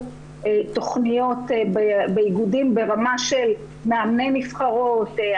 תכניות באיגודים ברמה של מאמני נבחרות,